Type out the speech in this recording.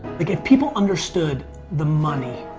like if people understood the money,